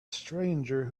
stranger